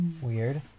weird